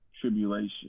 tribulation